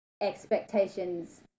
expectations